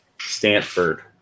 Stanford